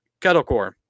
Kettlecore